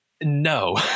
No